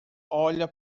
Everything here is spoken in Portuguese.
olha